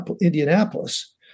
Indianapolis